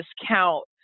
discount